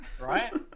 Right